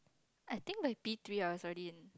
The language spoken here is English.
I think I_P three I was already in